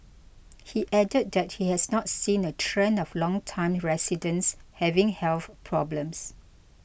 he added that he has not seen a trend of longtime residents having health problems